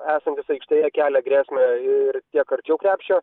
esantis aikštėje kelia grėsmę ir tiek arčiau krepšio